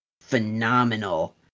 phenomenal